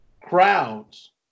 crowds